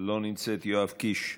לא נמצאת, יואב קיש,